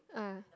ah